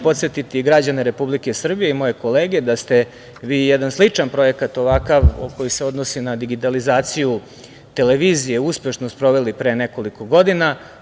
Podsetiću građane Republike Srbije i moje kolege da ste vi jedan sličan ovakav projekat, koji se odnosi na digitalizaciju televizije, uspešno sproveli pre nekoliko godina.